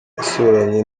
yasubiranye